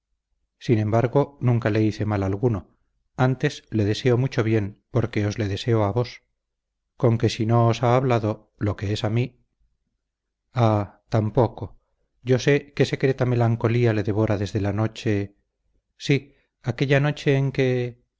sin embargo nunca le hice mal alguno antes le deseo mucho bien porque os le deseo a vos con que si no os ha hablado lo que es a mí ah tampoco no sé qué secreta melancolía le devora desde la noche sí aquella noche en que